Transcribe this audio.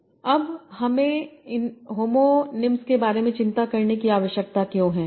अब अब हमें इस होमोनिम्स के बारे में चिंता करने की आवश्यकता क्यों है